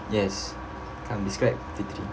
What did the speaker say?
yes come describe fitri